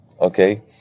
okay